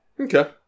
Okay